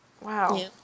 Wow